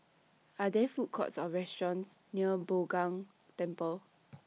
Are There Food Courts Or restaurants near Bao Gong Temple